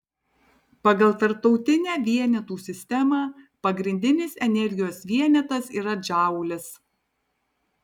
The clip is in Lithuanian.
pagal tarptautinę vienetų sistemą pagrindinis energijos vienetas yra džaulis